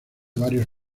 varios